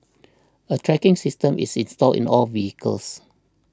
a tracking system is installed in all vehicles